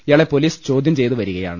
ഇയാളെ പൊലീസ് ചോദ്യം ചെയ്തു വരികയാണ്